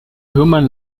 human